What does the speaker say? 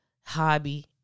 hobby